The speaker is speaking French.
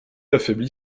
affaiblit